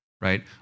right